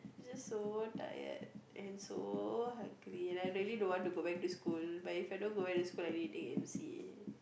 just so tired and so hungry and I really don't want to go back to school but If I don't go back to school I need take m_c